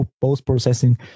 post-processing